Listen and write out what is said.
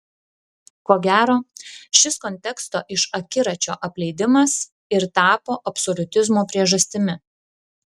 ko gero šis konteksto iš akiračio apleidimas ir tapo absoliutizmo priežastimi